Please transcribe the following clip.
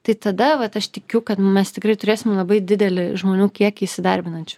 tai tada vat aš tikiu kad nu mes tikrai turėsim labai didelį žmonių kiekį įsidarbinančių